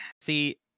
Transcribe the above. see